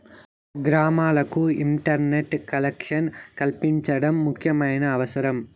గ్రామాలకు internet connection కల్పించడం ముఖ్యమైన అవసరం